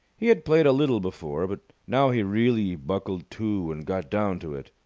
he had played a little before, but now he really buckled to and got down to it.